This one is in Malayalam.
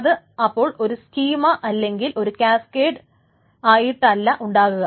അത് അപ്പോൾ ഒരു സ്കീമ അല്ലെങ്കിൽ ഒരു കാസ്കേഡ് ആയിട്ടല്ല ഉണ്ടാക്കുക